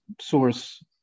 source